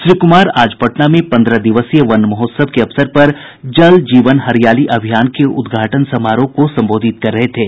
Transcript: श्री कुमार आज पटना में पंद्रह दिवसीय वन महोत्सव के अवसर पर जल जीवन हरियाली अभियान के उद्घाटन समारोह को संबोधित कर रहे थे